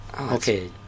okay